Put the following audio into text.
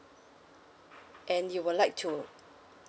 and you would like to